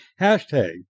hashtag